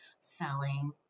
selling